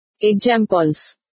Examples